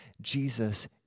Jesus